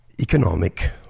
Economic